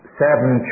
seven